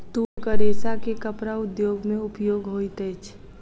तूरक रेशा के कपड़ा उद्योग में उपयोग होइत अछि